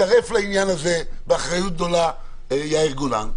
הצטרף לעניין הזה, באחריות גדולה, יאיר גולן.